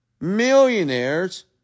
millionaires